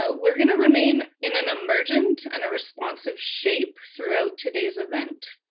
ah we're gonna remain in an emergent and a responsive shape throughout today's event,